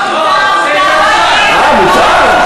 לא, מותר.